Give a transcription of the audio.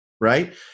right